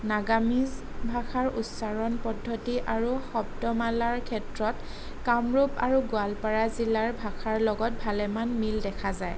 নাগামিজ ভাষাৰ উচ্চাৰণ পদ্ধতি আৰু শব্দমালাৰ ক্ষেত্ৰত কামৰূপ আৰু গোৱালপাৰা জিলাৰ ভাষাৰ লগত ভালেমান মিল দেখা যায়